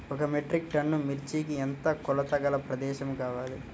ఒక metric ton మిర్చికి ఎంత కొలతగల ప్రదేశము కావాలీ?